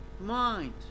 mind